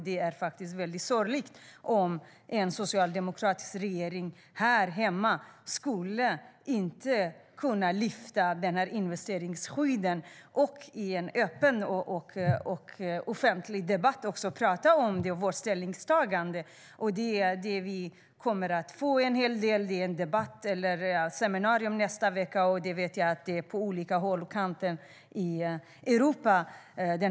Det är mycket sorgligt om en socialdemokratisk regering här hemma inte skulle kunna lyfta ur investeringsskyddet och också i en öppen och offentlig debatt prata om vårt ställningstagande. Vi kommer att få en hel del debatter och seminarier nästa vecka, och jag vet att debatten är igång på olika håll och kanter i Europa.